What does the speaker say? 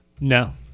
no